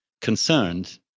concerned